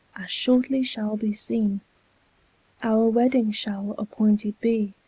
shortly shall be seene our wedding shall appointed be,